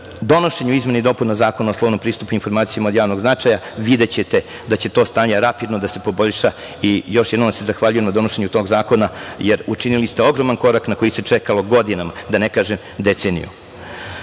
donošenju izmena i dopuna Zakona o slobodnom pristupu informacijama od javnog značaja videćete da će to stanje rapidno da se poboljša. Još jednom vam se zahvaljujem na donošenju toga zakona, jer učinili ste ogroman korak na koji se čekalo godinama, da ne kažem deceniju. Što